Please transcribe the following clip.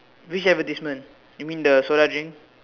which advertisement you mean the soda drink